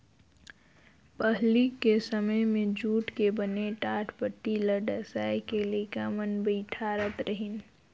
पहिली के समें मे जूट के बने टाटपटटी ल डसाए के लइका मन बइठारत रहिन